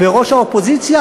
ו"ראש האופוזיציה",